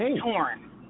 torn